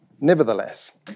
nevertheless